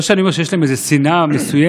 לא שאני אומר שיש להם איזו שנאה מסוימת